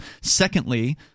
Secondly